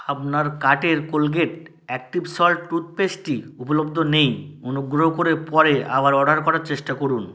আপনার কার্টের Colgate active salt টুথপেস্টটি উপলব্ধ নেই অনুগ্রহ করে পরে আবার অর্ডার করার চেষ্টা করুন